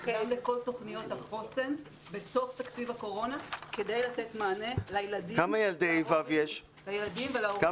גם לכל תוכניות החוסן בתוך תקציב הקורונה כדי לתת מענה לילדים ולהורים.